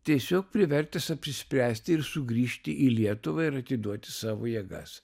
tiesiog privertęs apsispręsti ir sugrįžti į lietuvą ir atiduoti savo jėgas